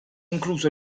incluso